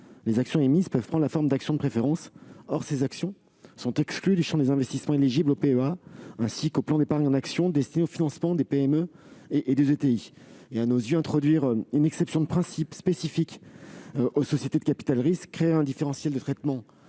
les actions émises peuvent prendre la forme d'actions de préférence. Or ces actions sont exclues du champ des investissements éligibles aux PEA pour les particuliers, ainsi qu'aux PEA dédiés au financement des PME et des ETI. Introduire une exception de principe spécifique aux sociétés de capital-risque créerait un différentiel de traitement